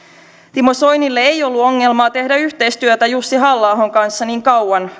timo soinille ei ollut ongelmaa tehdä yhteistyötä jussi halla ahon kanssa niin kauan